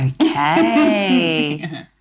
okay